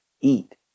eat